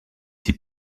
six